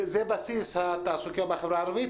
זה בסיס התעסוקה בחברה הערבית,